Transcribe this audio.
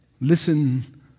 listen